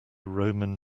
roman